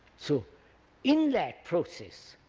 so in that process